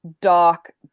dark